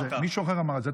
מישהו אחר אמר את זה.